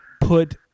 put